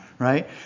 right